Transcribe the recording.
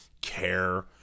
care